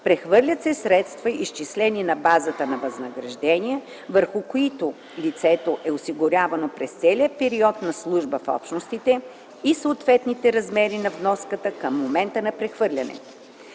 прехвърлят се средства, изчислени на базата на възнагражденията, върху които лицето е осигурявано през целия период на служба в Общностите, и съответните размери на вноската към момента на прехвърлянето.